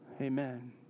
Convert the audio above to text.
Amen